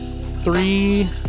three